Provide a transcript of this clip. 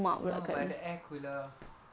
no but the air cooler